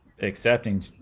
accepting